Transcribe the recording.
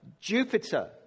Jupiter